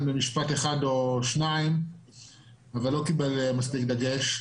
במשפט אחד או שניים ולא קיבל מספיק דגש: